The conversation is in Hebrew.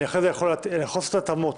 אני יכול לעשות התאמות,